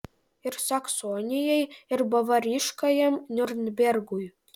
ir saksonijai ir bavariškajam niurnbergui